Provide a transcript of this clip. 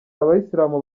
abayisilamu